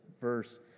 verse